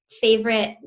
favorite